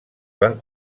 van